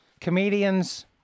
comedians